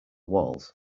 walls